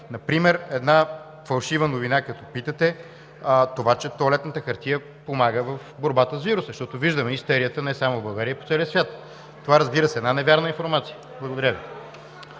Например една фалшива новина, като питате – това, че тоалетната хартия помага в борбата с вируса, защото виждаме истерията не само в България, а и по целия свят. Това, разбира се, е една невярна информация. Благодаря Ви.